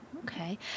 Okay